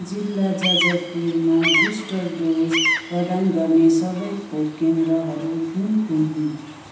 जिल्ला जाजापुरमा booster dose प्रदान गर्ने सबै खोप केन्द्रहरू कुन कुन हुन्